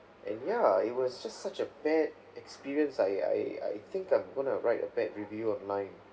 and ya it was just such a bad experience I I I think I'm gonna write a bad review online